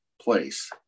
place